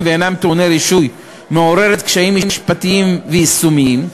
ואינם טעוני רישוי מעוררת קשיים משפטיים ויישומיים,